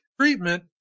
treatment